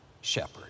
shepherd